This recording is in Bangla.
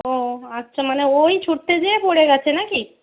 ও আচ্ছা মানে ওই ছুটতে যেয়ে পড়ে গেছে না কি